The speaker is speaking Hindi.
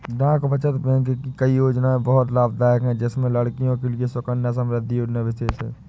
डाक बचत बैंक की कई योजनायें बहुत लाभदायक है जिसमें लड़कियों के लिए सुकन्या समृद्धि योजना विशेष है